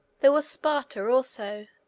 there was sparta also,